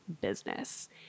business